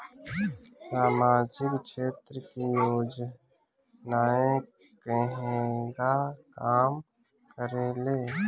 सामाजिक क्षेत्र की योजनाएं केगा काम करेले?